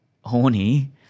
horny –